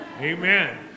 Amen